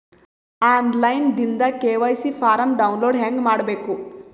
On line ದಿಂದ KYC form download ಹೇಂಗ ಮಾಡಬೇಕು?